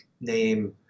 name